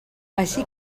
així